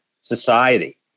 society